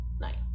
nine